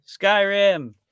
Skyrim